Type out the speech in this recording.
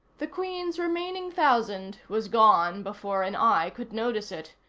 the queen's remaining thousand was gone before an eye could notice it.